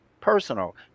personal